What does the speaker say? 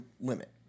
limit